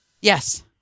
Yes